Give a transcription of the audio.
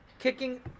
kicking